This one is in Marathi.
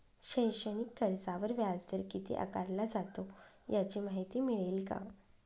शैक्षणिक कर्जावर व्याजदर किती आकारला जातो? याची माहिती मिळेल का?